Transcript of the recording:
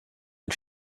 and